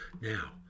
now